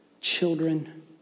children